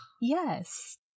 Yes